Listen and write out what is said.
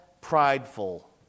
prideful